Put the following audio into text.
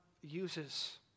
uses